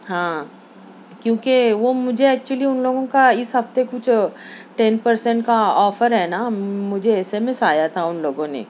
ہاں کیونکہ وہ مجھے ایکچولی ان لوگوں کا اس ہفتے کچھ ٹین پرسینٹ کا آفر ہے نا مجھے ایس ایم ایس آیا تھا ان لوگوں نے